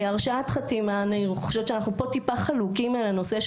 הרשאת חתימה, אני חושבת שאנחנו חלוקים בנושא.